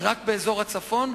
ורק באזור הצפון,